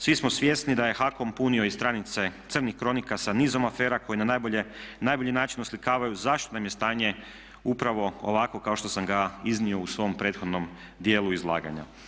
Svi smo svjesni da je HAKOM punio i stranice crnih kronika sa nizom afera koje na najbolji način oslikavaju zašto nam je stanje upravo ovakvo kao što sam ga iznio u svom prethodnom dijelu izlaganja.